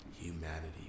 humanity